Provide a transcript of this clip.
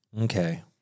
Okay